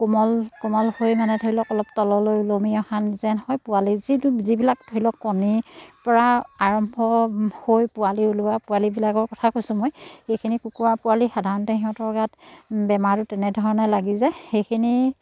কোমল কোমল হৈ মানে ধৰি লওক অলপ তললৈ ওলমি অহাৰ যেন হয় পোৱালি যিটো যিবিলাক ধৰি লওক কণীৰপৰা আৰম্ভ হৈ পোৱালি ওলোৱা পোৱালিবিলাকৰ কথা কৈছোঁ মই সেইখিনি কুকুৰা পোৱালি সাধাৰণতে সিহঁতৰ গাত বেমাৰটো তেনেধৰণে লাগি যায় সেইখিনি